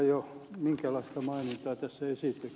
minä en tiedä mistä ed